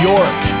York